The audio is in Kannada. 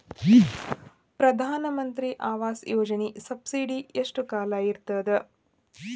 ಪ್ರಧಾನ ಮಂತ್ರಿ ಆವಾಸ್ ಯೋಜನಿ ಸಬ್ಸಿಡಿ ಎಷ್ಟ ಕಾಲ ಇರ್ತದ?